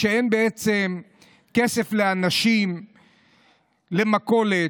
ואין בעצם כסף לאנשים למכולת,